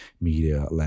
media